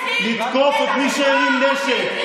לתקוף את מי שהרים נשק,